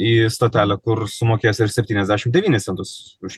į stotelę kur sumokėsi ir septyniasdešim devynis centus už